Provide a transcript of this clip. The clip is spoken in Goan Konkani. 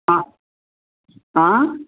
आं आं